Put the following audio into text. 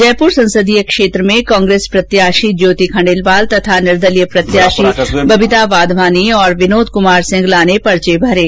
जयपुर संसदीय क्षेत्र पर कांग्रेस प्रत्याशी ज्योति खंडेलवाल तथा निर्दलीय प्रत्याशी बबिता बाधवानी और विर्नोद कुमार सिंगला ने पर्चे भरे हैं